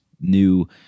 new –